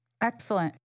Excellent